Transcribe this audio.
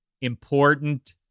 important